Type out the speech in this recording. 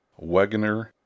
Wegener